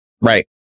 Right